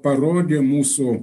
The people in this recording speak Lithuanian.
parodė mūsų